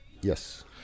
yes